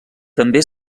també